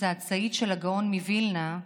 כצאצאית של הגאון מווילנה,